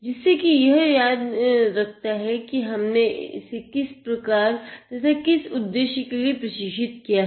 जिससे की यह याद रखता है की हमने इसे किस प्रकार तथा किस उद्देश्य के लिए प्रशिक्षित किया है